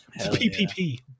PPP